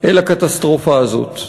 אל הקטסטרופה הזאת.